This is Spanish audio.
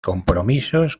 compromisos